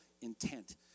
intent